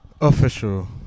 official